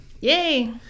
Yay